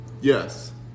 Yes